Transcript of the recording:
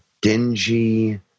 dingy